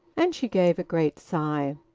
and she gave a great sigh.